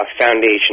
foundation